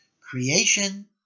creation